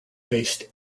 based